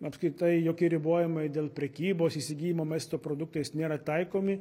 apskritai jokie ribojimai dėl prekybos įsigijimo maisto produktais nėra taikomi